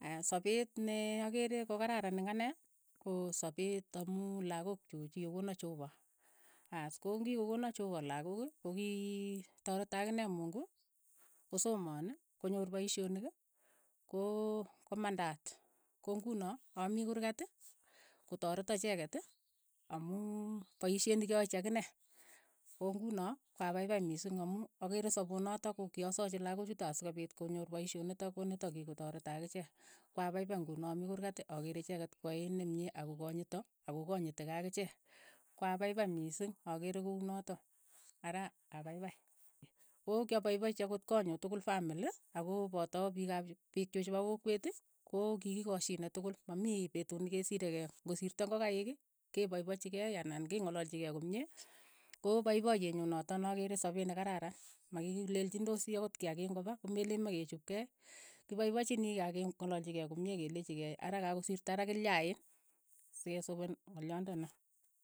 Aya sapeet ne akere ko kararan eng' ane, ko sapet amu lakok chuk chi ki kokona chehopa, aas, ko ki ngokona chehopa lakok, ko kii toreto akine mungu, kosomoon, konyor paishonik, ko- komanda, ko nguno amii kuurkat ko tarete icheket amuu paishet ni kyo yachi akine, ko nguno, ko apaipai mising amu akere soponotok ko kyasaachi lakochutok a sokopiit konyor paishonitok ko nitok kikotoreto akichek, ko apaipai nguno ami kurkat akere icheket kwae nemie ako konyito, ak ko kanyitikei akichek, ko apaipai mising akere ko unotok, ara apaipai, ko kyapaipachi akot koot nyu tukul famili akoo poto piikap yu piikchu chepo kokwet, ko ki ki koshine tukul, ma mii petut nekesirekei, ngo sirta ngokaik, kepaipachi kei anan ke ng'alalchi kei komie, koo paipaiyeet nyu notok na akere sopet ne kararan, makilelchindosi akot kiakiik ngo pa, ko me leen ma kechup kei, kipaipaichinikei ak ke ng'alalchi kei komie kelechikei ara kakosirto ara kilyain se kee solpen ngalyandanoo.